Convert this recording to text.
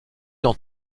dans